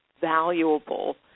valuable